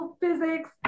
physics